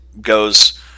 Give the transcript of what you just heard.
goes